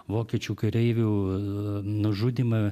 vokiečių kareivių nužudymą